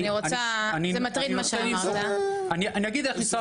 מה שאמרת עכשיו מטריד.